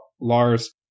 Lars